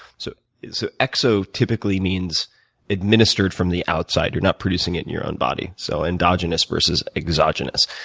so so exo typically means administered from the outside. you're not producing it in your own body, so endogenous versus exogenous.